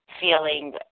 feeling